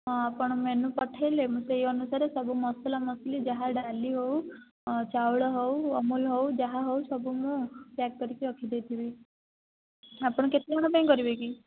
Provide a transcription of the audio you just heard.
ହଁ ଆପଣ ମେନୁ ପଠାଇଲେ ମୁଁ ସେହି ଅନୁସାରେ ସବୁ ମସଲା ମସଲି ଯାହା ଡାଲି ହେଉ ଚାଉଳ ହେଉ ଅମୁଲ ହେଉ ଯାହା ହେଉ ସବୁ ମୁଁ ପ୍ୟାକ୍ କରିକି ରଖିଦେଇଥିବି ଆପଣ କେତେ ଜଣ ପାଇଁ କରିବେ କି